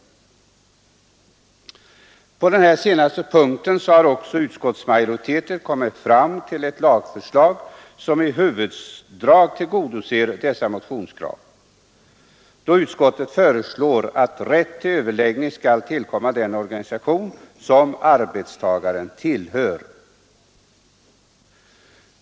På den senare punkten har också utskottsmajoriteten kommit fram till ett lagförslag, som i sina huvuddrag tillgodoser dessa motionskrav, där utskottet föreslår att rätt till överläggning skall tillkomma den organisation som arbetstagaren tillhör.